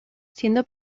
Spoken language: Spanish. siendo